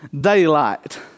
daylight